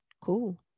Cool